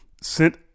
sent